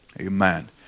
Amen